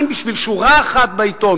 האם בשביל שורה אחת בעיתון,